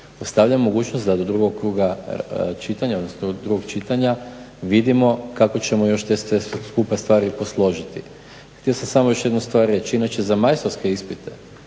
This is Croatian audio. Ostavljam mogućnost da do drugog kruga čitanja, odnosno do drugog čitanja vidimo kako ćemo još te sve skupa stvari posložiti. Htio sam samo još jednu stvar reći, inače za majstorske ispite